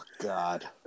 God